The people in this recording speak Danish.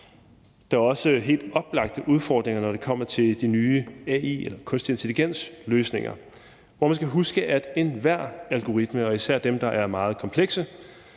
Der er også helt oplagt udfordringer, når det kommer til de nye AI- eller kunstig intelligens-løsninger, hvor man skal huske, at enhver algoritme og især dem, der er meget komplekse,